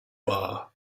bar